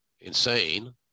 insane